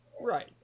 Right